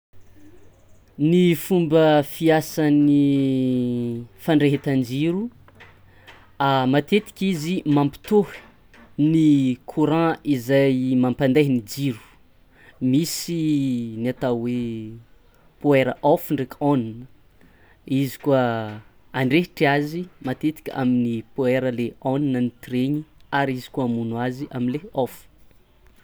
Ny fomba fiasan'ny fandrehetan-jiro matetiky izy mampitôhy ny courant izay mampandaiha ny jiro, misy ny atao hoe power off ndraiky on, izy koa andrehitry azy matetiky amin'ny power le on ny tiregny ary izy koa amono azy amy lehy off.